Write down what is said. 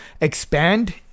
expand